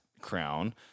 crown